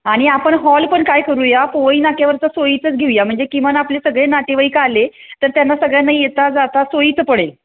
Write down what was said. आणि आपण हॉल पण काय करूया पवई नाक्यावरचं सोयीचाच घेऊया म्हणजे किमान आपले सगळे नातेवाईक आले तर त्यांना सगळ्यांना येता जाता सोईचं पडेल